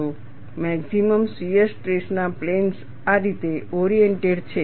maximum shear stress ના planes આ રીતે ઓરિએન્ટેડ છે